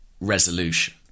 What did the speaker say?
resolution